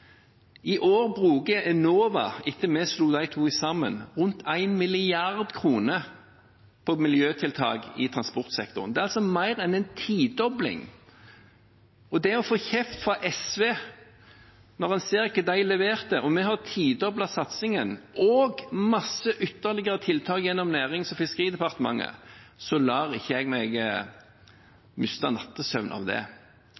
I år bruker Enova – etter at vi slo de to sammen – rundt 1 mrd. kr på miljøtiltak i transportsektoren. Det er altså mer enn en tidobling. Å få kjeft fra SV når man ser hva de leverte og vi har tidoblet satsingen – og har mange ytterligere tiltak gjennom Nærings- og fiskeridepartementet – mister jeg ikke nattesøvnen av. Det